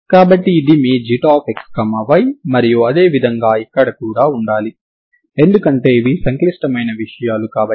కాబట్టి wx00 wu1x0 u2x0 u1x0f u2x0f అవుతుంది ఎందుకంటే u1 u2లు ప్రారంభ విలువలు కలిగిన సమస్యకు పరిష్కారాలు అవుతాయి మరియు wx00 wtx00 అవుతుంది